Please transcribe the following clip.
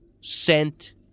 sent